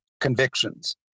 convictions